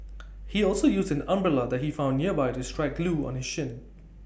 he also used an umbrella he found nearby to strike Loo on his shin